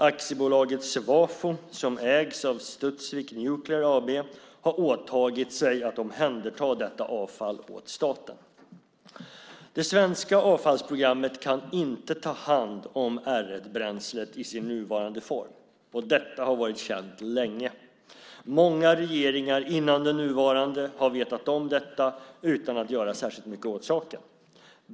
AB Svafo, som ägs av Studsvik Nuclear AB, har åtagit sig att omhänderta detta avfall åt staten. Det svenska avfallsprogrammet kan inte ta hand om R 1-bränslet i sin nuvarande form. Detta har varit känt länge. Många regeringar innan den nuvarande har vetat om detta utan att göra särskilt mycket åt saken.